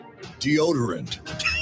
deodorant